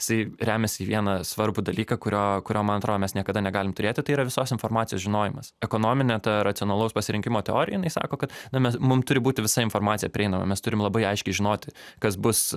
jisai remiasi į vieną svarbų dalyką kurio kurio man atro mes niekada negalim turėti tai yra visos informacijos žinojimas ekonominė ta racionalaus pasirinkimo teorija jinai sako kad na mes mum turi būti visa informacija prieinama mes turim labai aiškiai žinoti kas bus